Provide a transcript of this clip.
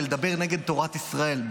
ולדבר נגד תורת ישראל.